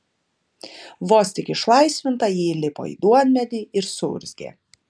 vos tik išlaisvinta ji įlipo į duonmedį ir suurzgė